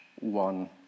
one